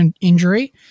injury